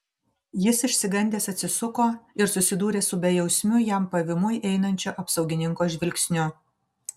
jis išsigandęs atsisuko ir susidūrė su bejausmiu jam pavymui einančio apsaugininko žvilgsniu